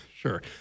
Sure